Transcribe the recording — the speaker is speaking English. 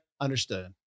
understood